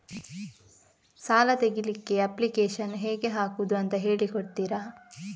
ಸಾಲ ತೆಗಿಲಿಕ್ಕೆ ಅಪ್ಲಿಕೇಶನ್ ಹೇಗೆ ಹಾಕುದು ಅಂತ ಹೇಳಿಕೊಡ್ತೀರಾ?